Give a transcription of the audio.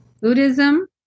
Buddhism